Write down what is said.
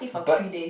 birds